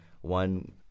one